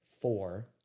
four